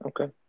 Okay